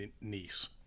niece